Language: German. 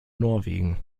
norwegen